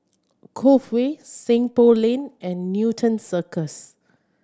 Cove Way Seng Poh Lane and Newton Cirus